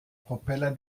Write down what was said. propeller